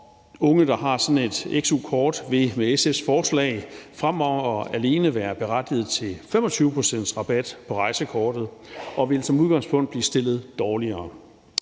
unge, der har sådan et XU-kort, vil med SF's forslag fremover alene være berettiget til 25 pct.s rabat på rejsekortet og vil som udgangspunkt blive stillet dårligere.